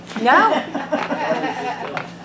no